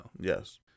Yes